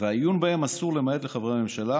והעיון בהם אסור למעט לחברי הממשלה,